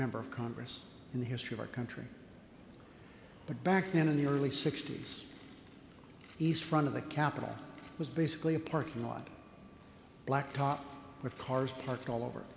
member of congress in the history of our country but back then in the early sixty's east front of the capitol was basically a parking lot blacktop with cars parked all over